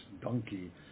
donkey